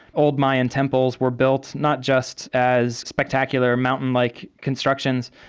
old mayan temples were built not just as spectacular mountain-like constructions,